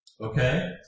okay